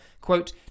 quote